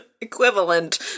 equivalent